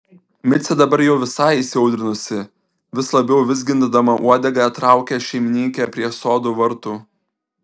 micė dabar jau visai įsiaudrinusi vis labiau vizgindama uodegą traukia šeimininkę prie sodo vartų